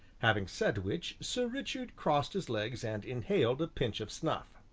having said which, sir richard crossed his legs and inhaled a pinch of snuff.